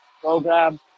program